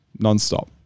nonstop